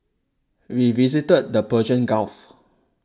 we visited the Persian Gulf